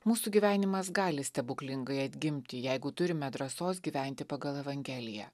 mūsų gyvenimas gali stebuklingai atgimti jeigu turime drąsos gyventi pagal evangeliją